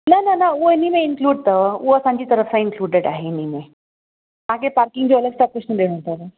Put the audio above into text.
न न न उहो इनमें ई इंक्लूड अथव उहो असांजी तरफ़ सां इंक्लूडेड आहिनि इनमें तव्हांखे पार्किंग जो अलॻि सां कुझु न ॾियणो अथव